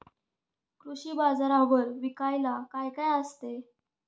कृषी बाजारावर विकायला काय काय असते?